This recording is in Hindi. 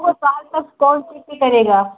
दो साल तक कौन सीख के करेगा